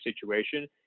situation